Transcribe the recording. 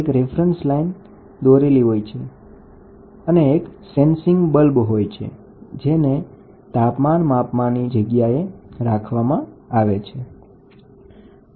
તો pressure thermometer એ છે કે જેમાં લિક્વિડ હોય છે ત્યાં બલ્બ હોય છે ત્યાં કેપિલારી ટ્યુબ હોય છે તથા બોર્ડન ટ્યુબ કે જે લિંક સાથે જોડેલ હોય છે